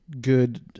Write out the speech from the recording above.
good